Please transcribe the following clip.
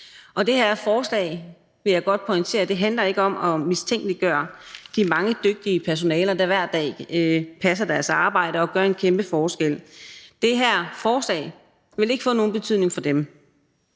Og det her forslag, vil jeg godt pointere, handler ikke om at mistænkeliggøre de mange dygtige personaler, der hver dag passer deres arbejde og gør en kæmpe forskel. Det her forslag vil ikke få nogen betydning for dem.